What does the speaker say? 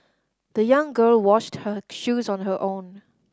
the young girl washed her shoes on her own